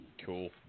Cool